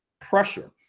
pressure